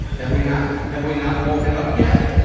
have we not, have we not woken up yet?